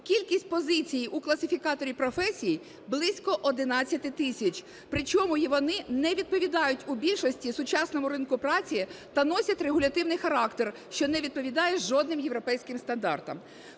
Кількість позицій у класифікаторі професій – близько 11 тисяч. Причому, вони не відповідають у більшості сучасному ринку праці та носять регулятивний характер, що не відповідає жодним європейським стандартам.